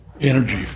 energy